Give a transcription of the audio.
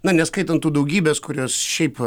na neskaitant tų daugybės kurios šiaip